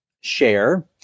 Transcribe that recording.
share